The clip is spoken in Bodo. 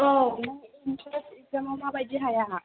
औ नों एन्ट्रेन्स इग्जामआव माबायदि हाया